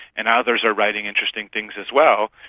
and others are writing interesting things as well.